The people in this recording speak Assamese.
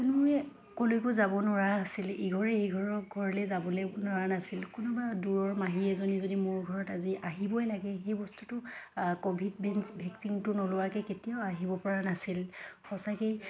কোনোৱে ক'লৈকো যাব নোৱাৰা আছিল ইঘৰে ইঘৰক ঘৰলৈ যাবলৈ নোৱাৰা নাছিল কোনোবা দূৰৰ মাহী এজনী যদি মোৰ ঘৰত আজি আহিবই লাগে সেই বস্তুটো ক'ভিড ভিঞ্চ ভেকচিনটো নলোৱাকৈ কেতিয়াও আহিবপৰা নাছিল সঁচাকৈয়ে